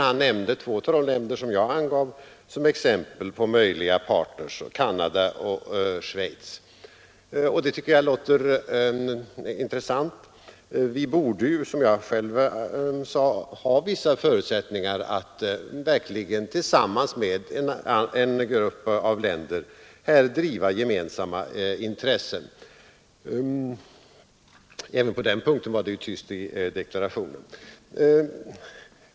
Han nämnde också två av de länder som jag angav som exempel på möjliga partners: Canada och Schweiz, och det tycker jag låter intressant. Vi borde ha vissa förutsättningar att tillsammans med en grupp av länder här verkligen driva gemensamma intressen. Även på den punkten var det tyst i deklarationen.